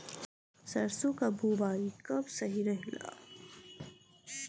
सरसों क बुवाई कब सही रहेला?